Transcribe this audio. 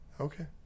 Okay